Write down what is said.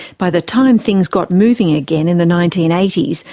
by the time things got moving again in the nineteen eighty s,